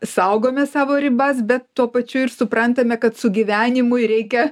saugome savo ribas bet tuo pačiu ir suprantame kad sugyvenimui reikia